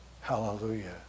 Hallelujah